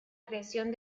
creación